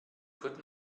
could